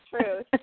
truth